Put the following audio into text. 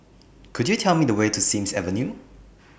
Could YOU Tell Me The Way to Sims Avenue